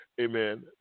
amen